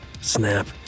snap